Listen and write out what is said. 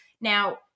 Now